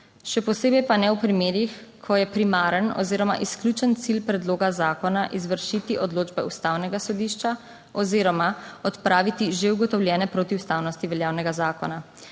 Še posebej pa ne v primerih, ko je primaren oziroma izključen cilj predloga zakona izvršiti odločbe Ustavnega sodišča oziroma odpraviti že ugotovljene protiustavnosti veljavnega zakona.